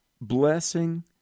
blessing